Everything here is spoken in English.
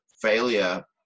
Failure